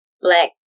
black